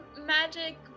magic